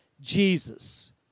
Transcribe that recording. Jesus